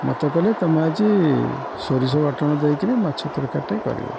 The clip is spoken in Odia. ମୋତେ କହିଲେ ତୁମେ ଆଜି ସୋରିଷ ବାଟଣ ଦେଇକିରି ମାଛ ତରକାରୀଟେ କରିବ